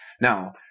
Now